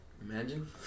Imagine